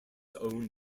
own